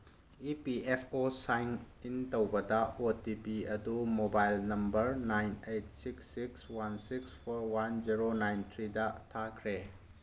E P F O sign in ꯇꯧꯕꯗ O T P ꯑꯗꯨ mobile number nine eight six six one six four one zero nine ꯊ꯭ꯔꯤꯗ ꯊꯥꯈ꯭ꯔꯦ